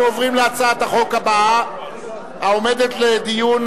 אנחנו עוברים להצעת החוק הבאה העומדת לדיון,